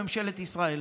בממשלת ישראל.